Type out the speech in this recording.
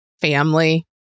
family